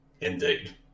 Indeed